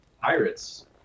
Pirates